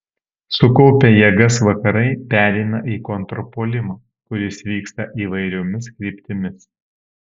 sukaupę jėgas vakarai pereina į kontrpuolimą kuris vyksta įvairiomis kryptimis